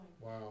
Wow